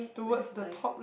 that's nice